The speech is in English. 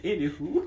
Anywho